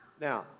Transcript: Now